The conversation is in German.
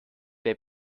der